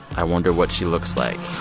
i wonder what she looks like.